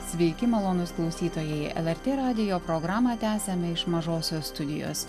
sveiki malonūs klausytojai lrt radijo programą tęsiame iš mažosios studijos